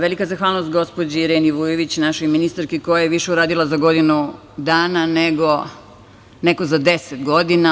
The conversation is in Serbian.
Velika zahvalnost gospođi Ireni Vujović, našoj ministarki, koja je više uradila za godinu dana nego neko za 10 godina.